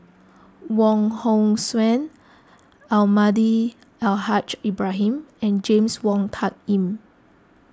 Wong Hong Suen Almahdi Al Haj Ibrahim and James Wong Tuck Yim